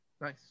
Nice